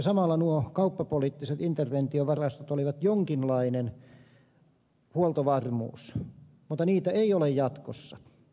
samalla nuo kauppapoliittiset interventiovarastot olivat jonkinlainen huoltovarmuus mutta niitä ei ole jatkossa